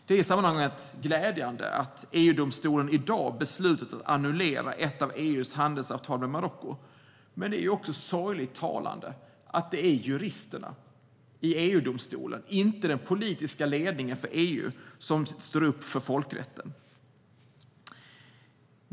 Det är i sammanhanget glädjande att EU-domstolen i dag har beslutat att annullera ett av EU:s handelsavtal med Marocko, men det är också sorgligt talande att det är juristerna i EU-domstolen, inte den politiska ledningen för EU, som står upp för folkrätten.